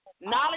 knowledge